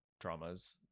Dramas